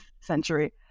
century